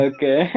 Okay